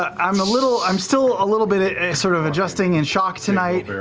ah i'm a little i'm still a little bit sort of adjusting in shock tonight.